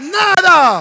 nada